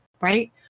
right